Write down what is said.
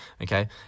okay